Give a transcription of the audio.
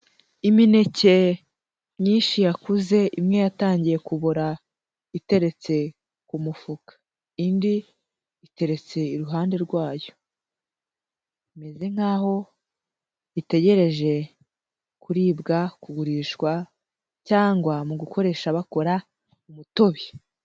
Imineke myinshi yakuze; imwe yatangiye kubora iteretse ku mufuka indi iteretse iruhande rwayo. Imeze nk'aho itegereje kuribwa, kugurishwa cyangwa mu gukoresha bakora umutobe.